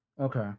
Okay